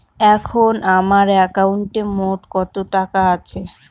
এখন আমার একাউন্টে মোট কত টাকা আছে?